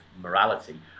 morality